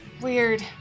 Weird